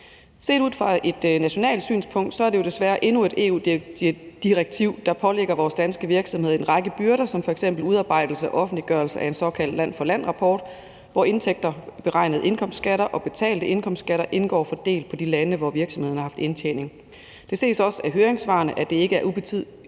Set ud fra et nationalt synspunkt er det jo desværre endnu et EU-direktiv, der pålægger vores danske virksomheder en række byrder som f.eks. udarbejdelse og offentliggørelse af en såkaldt land for land-rapport, hvor indtægter, beregnede indkomstskatter og betalte indkomstskatter indgår fordelt på de lande, hvor virksomheden har haft indtjening. Det ses også af høringssvarene, at det ikke er ubetydelige